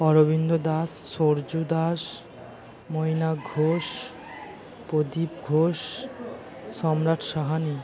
Aurobindo Das Saraju Das Mainak Ghosh Pradip Ghosh Samrat Sahani